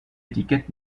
étiquette